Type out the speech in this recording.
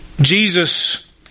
Jesus